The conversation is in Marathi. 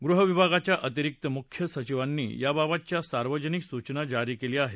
गृह विभागाच्या अतिरिक्त मुख्य सचिवांनी याबाबतची सार्वजनिक सूचना जारी केली आहे